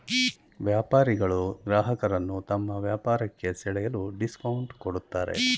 ವ್ಯಾಪಾರಿಗಳು ಗ್ರಾಹಕರನ್ನು ತಮ್ಮ ವ್ಯಾಪಾರಕ್ಕೆ ಸೆಳೆಯಲು ಡಿಸ್ಕೌಂಟ್ ಕೊಡುತ್ತಾರೆ